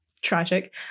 Tragic